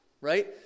Right